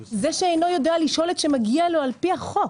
אלה שלא יודע לשאול את שמגיע לו לפי החוק,